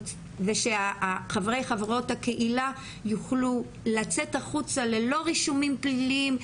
ושחברי וחברות הקהילה יוכלו לצאת החוצה ללא רישומים פליליים.